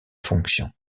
fonctions